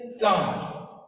God